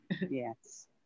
Yes